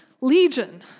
Legion